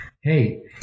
hey